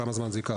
כמה זמן זה ייקח.